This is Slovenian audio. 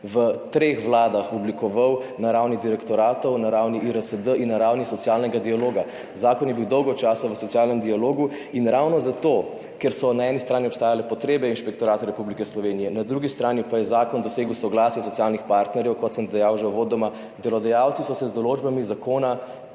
v treh vladah oblikoval na ravni direktoratov, na ravni IRSD in na ravni socialnega dialoga. Zakon je bil dolgo časa v socialnem dialogu in ravno zato, ker so na eni strani obstajale potrebe Inšpektorata Republike Slovenije za delo, na drugi strani pa je zakon dosegel soglasje socialnih partnerjev. Kot sem dejal že uvodoma, delodajalci so se z določbami zakona,